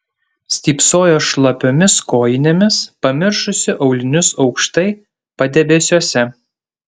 stypsojo šlapiomis kojinėmis pamiršusi aulinius aukštai padebesiuose